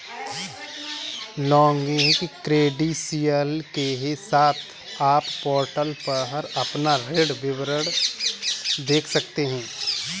login credential के साथ, आप पोर्टल पर अपना ऋण विवरण देख सकते हैं